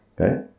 Okay